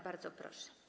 Bardzo proszę.